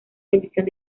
bendición